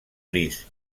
gris